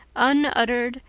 unuttered,